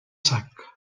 sac